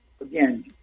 again